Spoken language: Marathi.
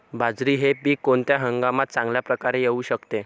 बाजरी हे पीक कोणत्या हंगामात चांगल्या प्रकारे येऊ शकते?